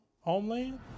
Homeland